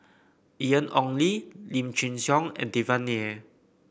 Ian Ong Li Lim Chin Siong and Devan Nair